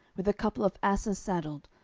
with a couple of asses saddled,